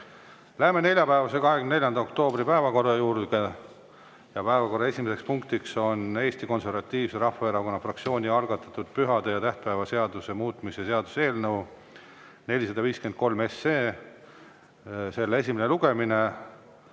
Läheme neljapäevase, 24. oktoobri päevakorra juurde. Päevakorra esimene punkt on Eesti Konservatiivse Rahvaerakonna fraktsiooni algatatud pühade ja tähtpäevade seaduse muutmise seaduse eelnõu 453 esimene lugemine.